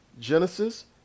genesis